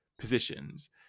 positions